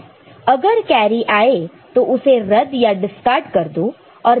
अगर कैरी आए तो उसे रद्द डिस्कार्ड discard कर दो